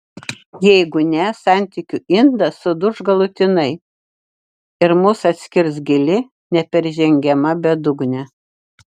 jeigu ne santykių indas suduš galutinai ir mus atskirs gili neperžengiama bedugnė